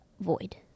void